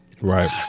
Right